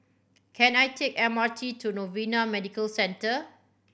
can I take M R T to Novena Medical Centre